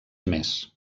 més